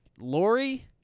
Lori